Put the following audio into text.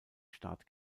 start